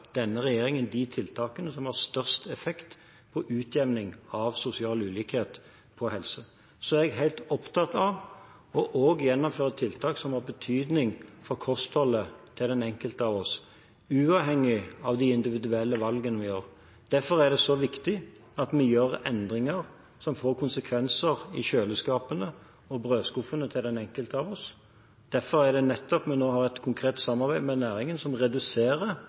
denne regjeringen de tiltakene som har størst effekt på utjevning av sosial ulikhet på helse. Så er jeg opptatt av også å gjennomføre tiltak som har betydning for kostholdet til den enkelte av oss, uavhengig av de individuelle valgene vi gjør. Derfor er det så viktig at vi gjør endringer som får konsekvenser i kjøleskapene og brødskuffene til den enkelte av oss. Nettopp derfor har vi nå et konkret samarbeid med næringen, som reduserer